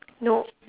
no